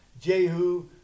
Jehu